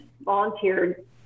volunteered